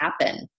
happen